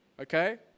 okay